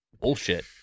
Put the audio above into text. Bullshit